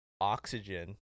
oxygen